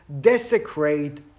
desecrate